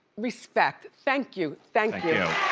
respect, thank you, thank you.